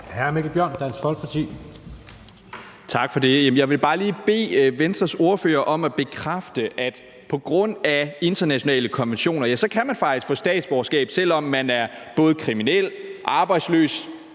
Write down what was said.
14:29 Mikkel Bjørn (DF): Tak for det. Jeg vil bare lige bede Venstres ordfører om at bekræfte, at man på grund af internationale konventioner faktisk kan få statsborgerskab, selv om man er både kriminel, arbejdsløs